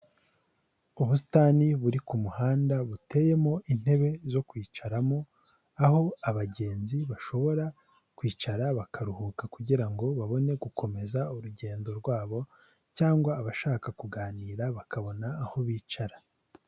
Ubusitani buri ku muhanda buteyemo intebe zo kwicaramo aho abagenzi bashobora kwicara bakaruhuka kugira ngo babone gukomeza urugendo rwabo cyangwa abashaka kuganira bakabona aho bicara.